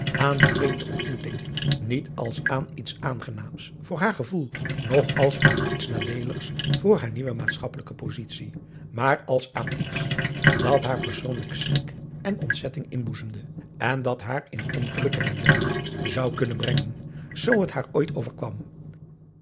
aan die vreemde ontmoeting niet als aan iets aangenaams voor haar gevoel noch als aan iets nadeeligs voor haar nieuwe maatschappelijke positie maar als aan iets dat haar persoonlijk schrik en ontzetting inboezemde en dat haar in ongeluk en ellende zou kunnen brengen zoo het haar ooit overkwam